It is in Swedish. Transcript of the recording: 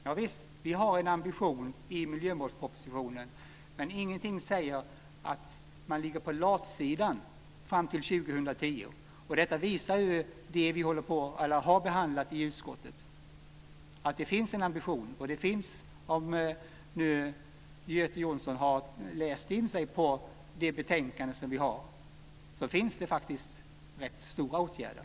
Fru talman! Visst har vi en ambition i miljömålspropositionen, men ingenting säger att man ligger på latsidan fram till år 2010. Detta visar det som vi har behandlat i utskottet. Det finns en ambition och det finns, vilket Göte Jonsson har sett om han nu har läst in sig på betänkandet, faktiskt rätt stora åtgärder.